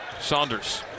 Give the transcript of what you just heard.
Saunders